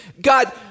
God